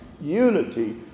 unity